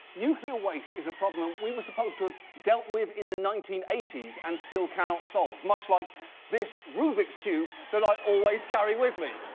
nuclear waste is a problem we were supposed to have dealt with in the nineteen eighty s and still cannot solve, much like this rubik's cube that i always carry with me.